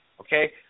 okay